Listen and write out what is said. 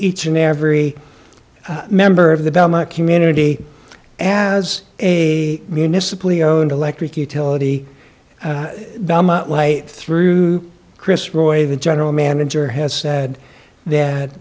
each and every member of the belmont community as a municipal e o and electric utility through chris roy the general manager has said that